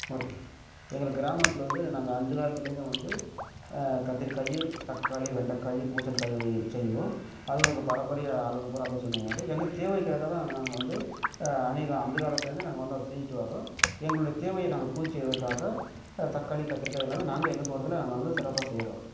முற் எங்கள் கிராமத்தில் வந்து நாங்கள் அந்த காலத்துலருந்தே வந்து கத்திரிக்காய் தக்காளி வெண்டக்காய் பூசணிக்காய் வெய் செய்வோம் அதுவும் எங்கள் பரம்பரையாக ஆளுங்க பூராக அதே செய்வோம் எங்கள் தேவைக்காக தான் நாங்கள் வந்து அனேகம் அந்த காலத்துலருந்து நாங்கள் வந்து அதை செஞ்சுட்டு வரோம் எங்களுடைய தேவையை நாங்கள் பூர்த்தி செய்கிறதுக்காக தக்காளி கத்திரிக்காய் எல்லாமே நாங்களே எங்கள் தோட்டத்தில் நாங்கள் வந்து சிறப்பாக செய்கிறோம்